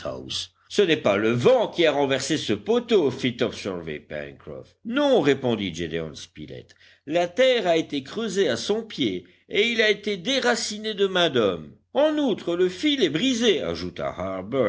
ce n'est pas le vent qui a renversé ce poteau fit observer pencroff non répondit gédéon spilett la terre a été creusée à son pied et il a été déraciné de main d'homme en outre le fil est brisé ajouta